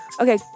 Okay